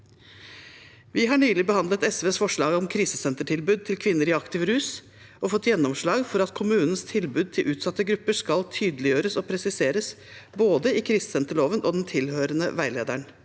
Vi har nylig behandlet SVs forslag om krisesentertilbud til kvinner i aktiv rus og fått gjennomslag for at kommunens tilbud til utsatte grupper skal tydeliggjøres og presiseres i både krisesenterloven og den tilhørende veilederen.